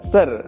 Sir